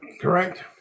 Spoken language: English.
correct